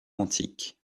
antique